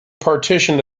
partition